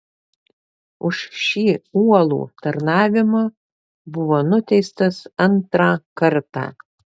už šį uolų tarnavimą buvo nuteistas antrą kartą